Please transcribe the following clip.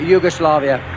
Yugoslavia